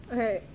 Okay